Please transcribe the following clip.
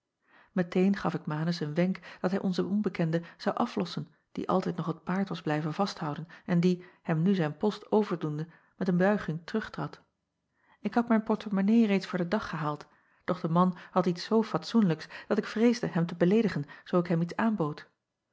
eteen gaf ik anus een wenk dat hij onzen onbekende zou aflossen die altijd nog het paard was blijven vasthouden en die hem nu zijn post overdoende met een buiging terugtrad k had mijn porte monnaie reeds voor den dag gehaald doch de man had iets zoo fatsoenlijks dat ik vreesde hem te beleedigen zoo ik hem iets aanbood